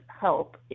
help